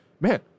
man